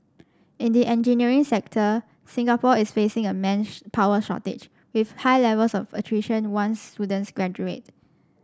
in the engineering sector Singapore is facing a manpower shortage with high levels of attrition once students graduate